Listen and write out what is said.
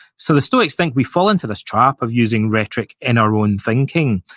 so, the stoics think we fall into this trap of using rhetoric in our own thinking,